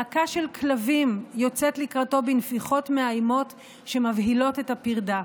להקה של כלבים יוצאת לקראתו בנביחות מאיימות שמבהילות את הפרדה.